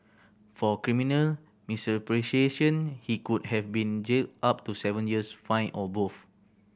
for criminal he could have been jailed up to seven years fined or both